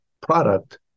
product